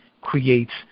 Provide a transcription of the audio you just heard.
creates